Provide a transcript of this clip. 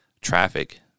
traffic